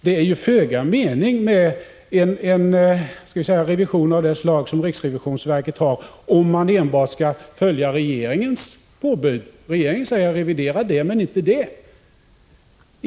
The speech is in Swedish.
Det är föga mening med en revision av det slag riksrevisionsverket har att göra, om man enbart skall följa regeringens påbud, där regeringen säger: Revidera det men inte det.